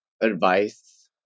advice